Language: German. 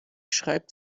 schreibt